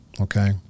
Okay